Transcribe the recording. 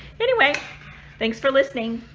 anyway thanks for listening,